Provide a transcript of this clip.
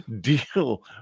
deal